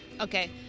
Okay